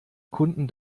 kunden